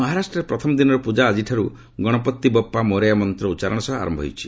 ମହାରାଷ୍ଟ୍ରରେ ପ୍ରଥମ ଦିନର ପ୍ରଜା ଆକିଠାରୁ ଗଣପତି ବପା ମୋରେୟା ମନ୍ତ ଉଚ୍ଚାରଣ ସହ ଆରମ୍ଭ ହୋଇଛି